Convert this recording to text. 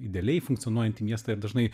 idealiai funkcionuojantį miestą ir dažnai